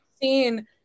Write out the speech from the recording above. seen